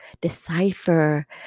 decipher